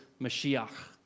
Mashiach